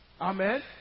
Amen